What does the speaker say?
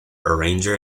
arranger